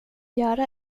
göra